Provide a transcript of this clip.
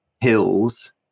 hills